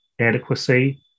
adequacy